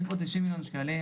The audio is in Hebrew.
בוודאי לגבי 90 המיליון האלה,